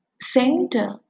center